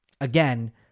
again